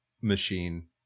machine